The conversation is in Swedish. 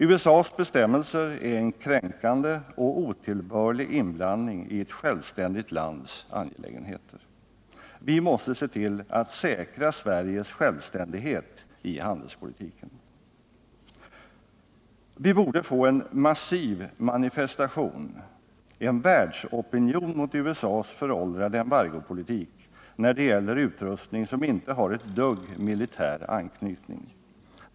USA:s bestämmelser innebär en kränkande och otillbörlig inblandning i ett självständigt lands angelägenheter. Vi måste se till att säkra Sveriges självständighet i handelspolitiken. ”Vi borde få en massiv manifestation, en världsopinion, mot USA:s föråldrade embargopolitik när det gäller utrustning som inte har ett dugg militär anknytning.